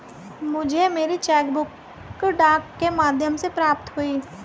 मुझे मेरी cheque book डाक के माध्यम से प्राप्त हुई है